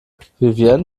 vivien